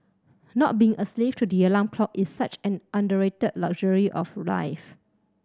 not being a slave to the alarm clock is such an underrated luxury of life